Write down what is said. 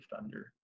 thunder